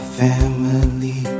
family